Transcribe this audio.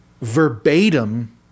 verbatim